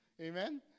Amen